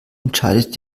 entscheidet